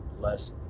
less